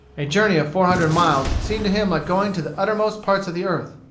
a journey of four hundred miles seemed to him like going to the uttermost parts of the earth.